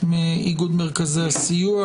מאיגוד מרכזי הסיוע,